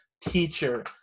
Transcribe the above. teacher